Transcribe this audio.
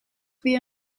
weer